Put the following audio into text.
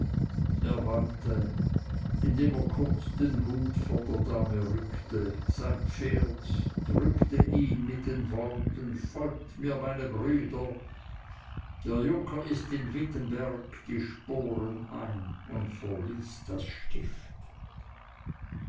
indem er kurz den hut vor der dame rückte sein pferd drückte ihm mit den worten folgt mir meine brüder der junker ist in wittenberg die sporen ein und verließ das stift